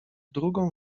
drugą